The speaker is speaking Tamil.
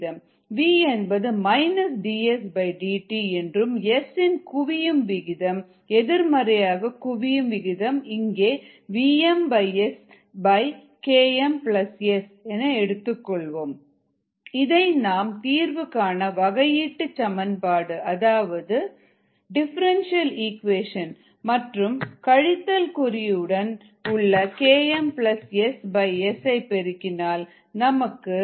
வி என்பது dSdt என்றும் S இன் குவியும் விகிதம் எதிர்மறையாக குவியும் விகிதம் இங்கே vmSKmS v dSdtvmSKmS இதை நாம் தீர்வு காண வகையீட்டுச் சமன்பாடு அதாவது டிஃபரண்டியல் ஈக்குவேஷன் மற்றும் கழித்தல் குறியுடன்KmSS பெருகினால் நமக்கு vm dtகிடைக்கும்